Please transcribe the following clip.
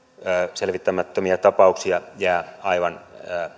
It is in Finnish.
selvittämättömiä tapauksia jää aivan